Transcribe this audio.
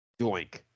doink